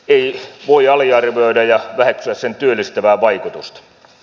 ei voi aliarvioida ja väheksyä sen työllistävää vaikutusta